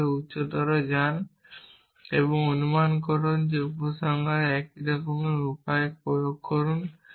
তাহলে উচ্চতর যান এবং অনুমান তৈরি করুন এবং উপসংহারে তাদের একই রকম করার একই উপায় প্রয়োগ করুন